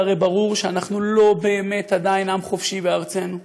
שאנחנו לא באמת עדיין עם חופשי בארצנו.